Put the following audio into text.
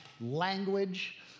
language